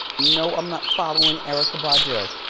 no, i'm not following erykah badu.